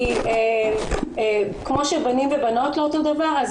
כי כמו שבנים ובנות לא אותו הדבר אז